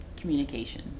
communication